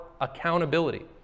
accountability